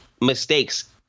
mistakes